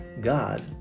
God